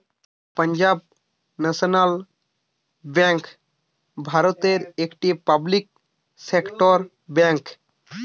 Punjab National Bank ভারতের একটি public sector bank